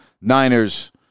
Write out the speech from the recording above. Niners